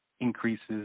increases